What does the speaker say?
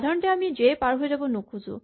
সাধাৰণতে আমি জে পাৰ হৈ যাব নুখোজো